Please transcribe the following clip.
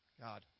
God